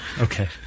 Okay